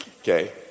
Okay